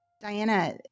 Diana